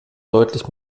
deutlich